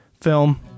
film